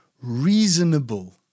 reasonable